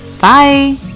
Bye